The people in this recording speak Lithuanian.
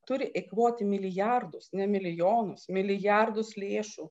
turi eikvoti milijardus ne milijonus milijardus lėšų